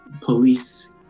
police